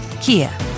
Kia